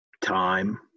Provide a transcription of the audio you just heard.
time